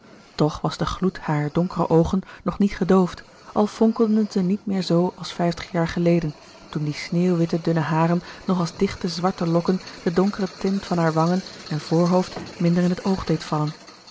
toch was de gloed harer donkere oogen nog niet gedoofd al fonkelden zij niet meer zoo als vijftig jaar geleden toen die sneeuwitte dunne haren nog als dichte zwarte lokken de donkere tint van hare wangen en voorhoofd minder in het oog deed vallen